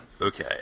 Okay